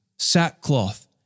sackcloth